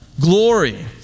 glory